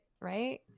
right